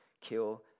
kill